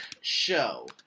Show